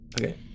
Okay